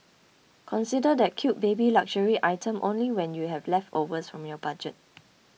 consider that cute baby luxury item only when you have leftovers from your budget